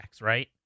right